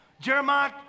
Jeremiah